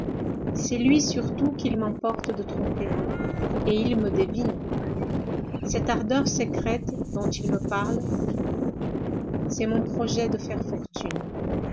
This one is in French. c'est lui surtout qu'il m'importe de tromper et il me devine cette ardeur secrète dont il me parle c'est mon projet de faire fortune